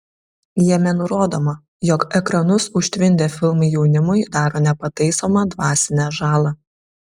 jame nurodoma jog ekranus užtvindę filmai jaunimui daro nepataisomą dvasinę žalą